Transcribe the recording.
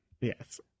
Yes